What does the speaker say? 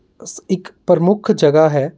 ਇੱਕ ਪ੍ਰਮੁੱਖ ਜਗ੍ਹਾ ਹੈ